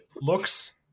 looks